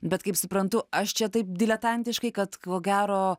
bet kaip suprantu aš čia taip diletantiškai kad ko gero